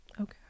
Okay